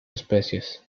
especies